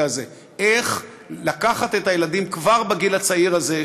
הזה: איך לקחת את הילדים כבר בגיל הצעיר הזה,